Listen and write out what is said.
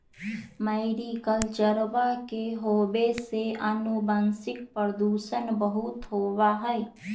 मैरीकल्चरवा के होवे से आनुवंशिक प्रदूषण बहुत होबा हई